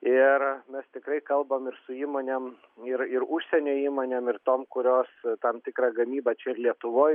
ir mes tikrai kalbam ir su įmonėm ir ir užsienio įmonėm ir tom kurios tam tikrą gamybą čia ir lietuvoj